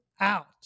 out